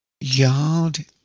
Yard